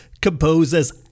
composers